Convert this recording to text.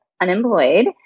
unemployed